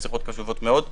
שיחות קשובות מאוד,